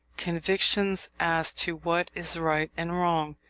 convictions as to what is right and wrong,